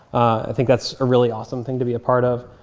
i think that's a really awesome thing to be a part of.